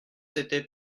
était